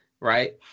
right